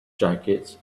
jacket